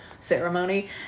ceremony